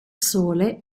sole